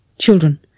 children